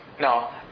No